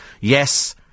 Yes